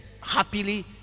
happily